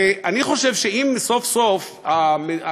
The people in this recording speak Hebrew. ואני חושב שאם סוף-סוף המדינה,